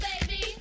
baby